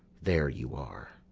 there you are.